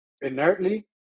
inertly